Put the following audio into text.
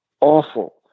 awful